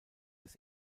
des